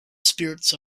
spirits